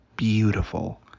Beautiful